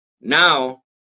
now